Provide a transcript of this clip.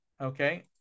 okay